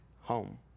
home